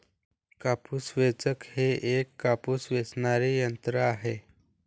कापूस वेचक हे एक कापूस वेचणारे यंत्र आहे